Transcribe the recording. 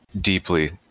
deeply